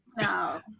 No